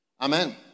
Amen